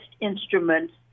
instruments